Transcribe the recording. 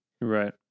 right